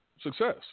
Success